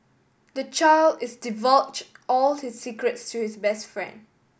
the child is divulged all his secrets to his best friend